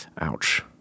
Ouch